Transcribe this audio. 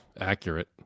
accurate